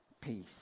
peace